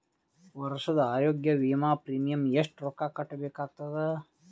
ವರ್ಷದ ಆರೋಗ್ಯ ವಿಮಾ ಪ್ರೀಮಿಯಂ ಎಷ್ಟ ರೊಕ್ಕ ಕಟ್ಟಬೇಕಾಗತದ?